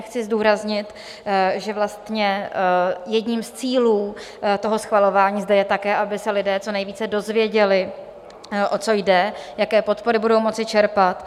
Chci zdůraznit, že vlastně jedním z cílů toho schvalování zde je také, aby se lidé co nejvíce dozvěděli, o co jde, jaké podpory budou moci čerpat.